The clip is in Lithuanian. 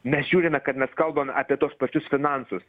mes žiūrime kad mes kalbam apie tuos pačius finansus